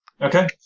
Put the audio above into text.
Okay